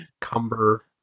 Cumber